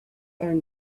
own